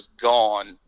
gone